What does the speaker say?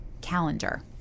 calendar